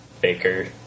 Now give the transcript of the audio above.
baker